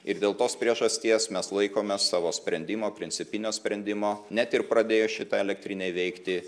ir dėl tos priežasties mes laikomės savo sprendimo principinio sprendimo net ir pradėjus šitai elektrinei veikti